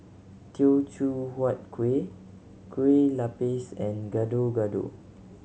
Teochew Huat Kuih Kueh Lapis and Gado Gado